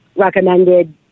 recommended